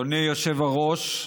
אדוני היושב-ראש,